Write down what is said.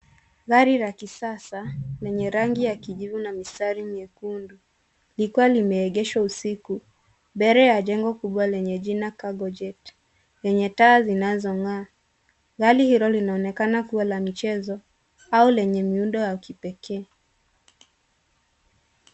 Gari la kisasa lenye rangi ya kijivu na mistari myekundu likiwa limeegeshwa usiku, mbele ya jengo kubwa lenye jina cargo jet lenye taa zinazo ng'aa. Gari hilo linaonekana kuwa la michezo au lenye muundo wa kipekee.